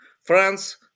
france